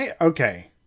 Okay